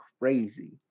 Crazy